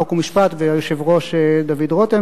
חוק ומשפט והיושב-ראש דוד רותם,